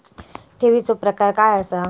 ठेवीचो प्रकार काय असा?